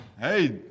Hey